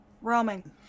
roaming